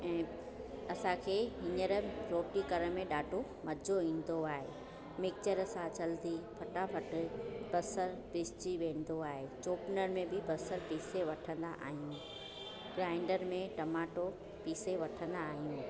अने असांखे हींअर रोटी करण में ॾाढो मज़ो ईंदो आहे मिक्चर सां जल्दी फटाफटि बसर पीसजी वेंदो आहे चोपनर में बि बसर पीसे वठंदा आहियूं ग्रांईंडर में टमाटो पीसे वठंदा आहियूं